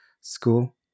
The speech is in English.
school